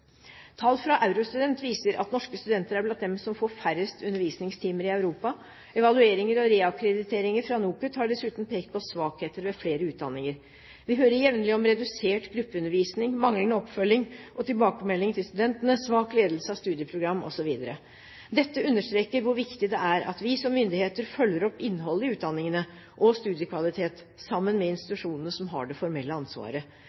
Tall fra Eurostudent viser at norske studenter er blant dem som får færrest undervisningstimer i Europa. Evalueringer og reakkrediteringer fra NOKUT har dessuten pekt på svakheter ved flere utdanninger. Vi hører jevnlig om redusert gruppeundervisning, manglende oppfølging av og tilbakemelding til studentene, svak ledelse av studieprogrammene osv. Dette understreker hvor viktig det er at vi som myndigheter følger opp innholdet i utdanningene og studiekvaliteten sammen med institusjonene som har det formelle ansvaret.